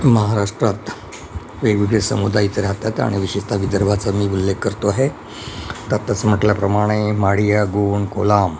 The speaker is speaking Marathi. महाराष्ट्रात वेगवेगळे समुदाय इथं राहतात आणि विशेषतः विदर्भाचा मी उल्लेख करतो आहे तर आताच म्हटल्याप्रमाणे माडिया गोंड कोलाम